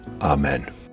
Amen